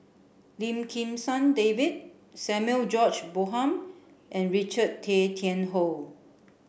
Lim Kim San David Samuel George Bonham and Richard Tay Tian Hoe